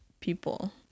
people